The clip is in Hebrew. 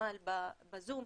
ג'מאל בזום,